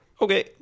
Okay